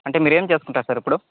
అంటే మీరేం చేసుకుంటారు సార్ ఇప్పుడు